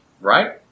right